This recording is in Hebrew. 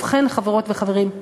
ובכן, חברות וחברים,